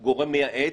הוא גורם מייעץ,